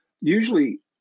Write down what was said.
usually